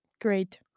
great